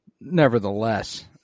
nevertheless